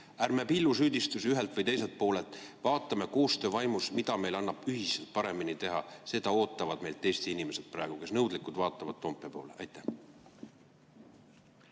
Ärme pillume süüdistusi ühelt või teiselt poolelt, vaatame koostöö vaimus, mida meil annab ühiselt paremini teha. Seda ootavad meilt praegu Eesti inimesed, kes nõudlikult vaatavad Toompea poole. Ma